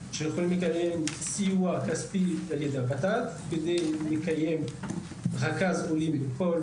לקבל סיוע כספי מהות"ת כדי למנות רכז עולים בכל